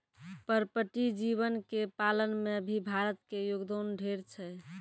पर्पटीय जीव के पालन में भी भारत के योगदान ढेर छै